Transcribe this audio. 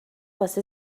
واسه